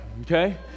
Okay